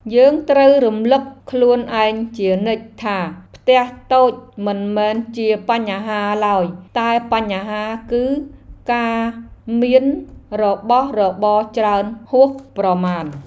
យើងត្រូវរំលឹកខ្លួនឯងជានិច្ចថាផ្ទះតូចមិនមែនជាបញ្ហាឡើយតែបញ្ហាគឺការមានរបស់របរច្រើនហួសប្រមាណ។